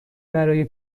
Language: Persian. برای